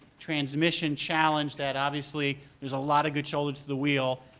transmission challenge, that obviously there's a lot of good shoulder to the wheel.